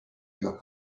your